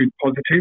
positive